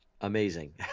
Amazing